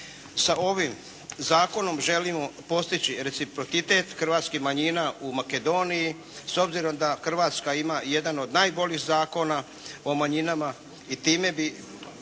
Sa ovim zakonom želimo postići reciprocitet hrvatskih manjina u Makedoniji, s obzirom da Hrvatska ima i jedan od najboljih zakona o manjinama i time bi